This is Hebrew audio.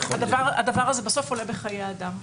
הדבר הזה בסוף עולה בחיי אדם,